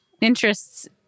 interests